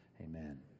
Amen